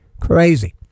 Crazy